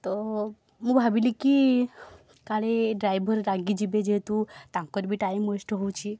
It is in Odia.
ତ ମୁଁ ମୁଁ ଭାବିଲି କି କାଳେ ଡ୍ରାଇଭର୍ ରାଗିଯିବେ ଯେହେତୁ ତାଙ୍କର ବି ଟାଇମ୍ ୱେଷ୍ଟ୍ ହେଉଛି